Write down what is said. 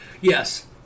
Yes